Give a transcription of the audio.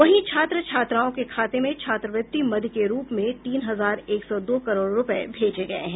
वहीं छात्र छात्राओं के खाते में छात्रवृत्ति मद के रूप में तीन हजार एक सौ दो करोड़ रूपये भेजे गये हैं